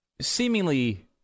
seemingly